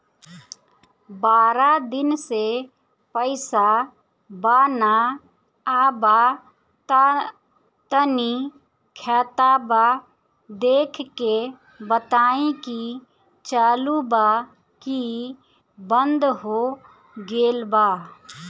बारा दिन से पैसा बा न आबा ता तनी ख्ताबा देख के बताई की चालु बा की बंद हों गेल बा?